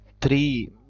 Three